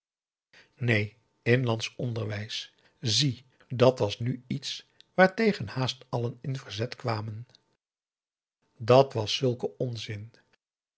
neen inlandsch onderwijs zie dat was nu iets waartegen haast allen in verzet kwamen dàt was zulke onzin